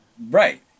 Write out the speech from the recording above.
Right